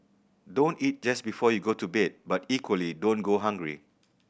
don't eat just before you go to bed but equally don't go hungry